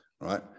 right